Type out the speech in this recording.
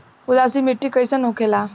उदासीन मिट्टी कईसन होखेला?